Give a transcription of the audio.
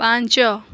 ପାଞ୍ଚ